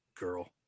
girl